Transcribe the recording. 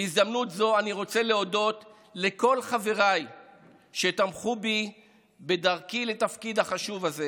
בהזדמנות זו אני רוצה להודות לכל חבריי שתמכו בי בדרכי לתפקיד החשוב הזה